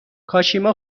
کاشیما